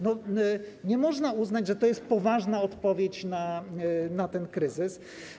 Nie można uznać, że to jest poważna odpowiedź na ten kryzys.